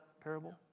parable